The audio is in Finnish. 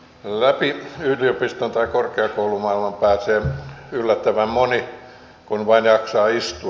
läpi yliopiston tai korkeakoulumaailman pääsee yllättävän moni kun vain jaksaa istua